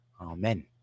Amen